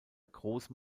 großem